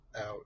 out